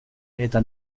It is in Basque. eta